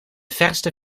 verste